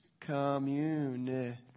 Commune